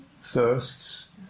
thirsts